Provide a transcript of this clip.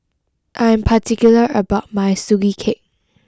I am particular about my Sugee Cake